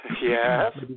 Yes